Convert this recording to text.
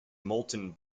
moulton